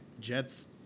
Jets